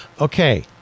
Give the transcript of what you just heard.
Okay